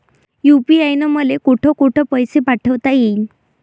UPI न मले कोठ कोठ पैसे पाठवता येईन?